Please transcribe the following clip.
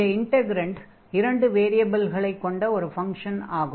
இந்த இன்டக்ரன்ட் இரண்டு வேரியபில்களைக் கொண்ட ஒரு ஃபங்ஷன் ஆகும்